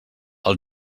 els